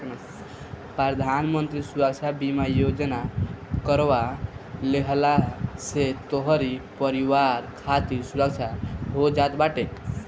प्रधानमंत्री सुरक्षा बीमा योजना करवा लेहला से तोहरी परिवार खातिर सुरक्षा हो जात बाटे